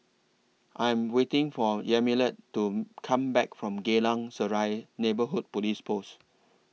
I'm waiting For Yamilet to Come Back from Geylang Serai Neighbourhood Police Post